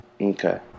Okay